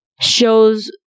shows